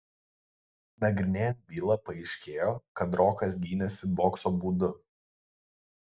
nagrinėjant bylą paaiškėjo kad rokas gynėsi bokso būdu